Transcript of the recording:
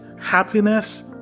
happiness